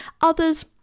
Others